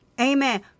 Amen